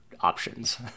options